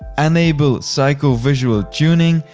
enable psycho visual tuning,